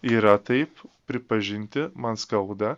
yra taip pripažinti man skauda